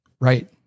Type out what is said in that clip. Right